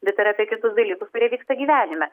bet ir apie kitus dalykus kurie vyksta gyvenime